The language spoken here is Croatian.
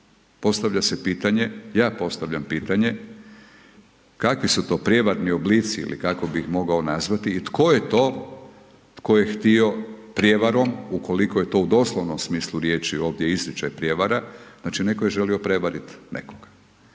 Postavlja se pitanje, ja postavljam pitanje, kakvi su to prijevarni oblici ili kako bih ih mogao nazvati i tko je to tko je htio prijevarom, ukoliko je to u doslovnom smislu riječi ovdje izričaj prijevara, znači netko je želio prevarit nekog.